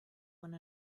one